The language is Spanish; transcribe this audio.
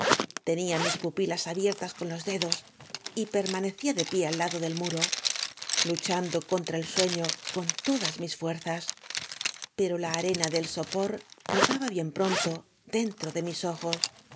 tenía mis pupilas abiertas con los dedos y permanecía de pié al lado del m u ro luchando contra el sueño con todas mis fuerza pero la arena del sopor rodaba bien pron to dedtro de mis ojos